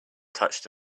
touched